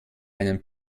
einen